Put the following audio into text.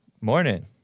Morning